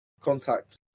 contact